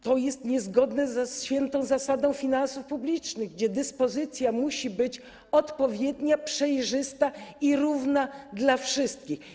To jest niezgodne ze świętą zasadą finansów publicznych, gdzie dyspozycja musi być odpowiednia, przejrzysta i równa dla wszystkich.